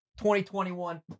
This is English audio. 2021